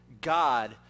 God